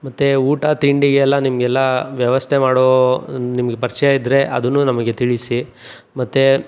ಮತ್ತು ಊಟ ತಿಂಡಿಗೆಲ್ಲ ನಿಮಗೆಲ್ಲ ವ್ಯವಸ್ಥೆ ಮಾಡೋ ನಿಮ್ಗೆ ಪರಿಚಯ ಇದ್ದರೆ ಅದನ್ನೂ ನಮಗೆ ತಿಳಿಸಿ ಮತ್ತು